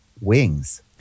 wings